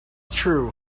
true